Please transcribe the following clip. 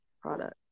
product